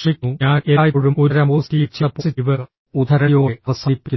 ശ്രമിക്കുന്നു ഞാൻ എല്ലായ്പ്പോഴും ഒരുതരം പോസിറ്റീവ് ചിന്ത പോസിറ്റീവ് ഉദ്ധരണിയോടെ അവസാനിപ്പിക്കുന്നു